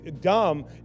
Dumb